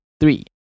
three